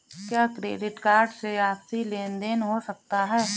क्या credit card से आपसी लेनदेन हो सकता है?